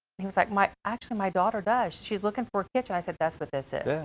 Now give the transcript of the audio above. he was like, my, actually my daughter does. she's looking for kitchen. i said, that's what this is.